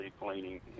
cleaning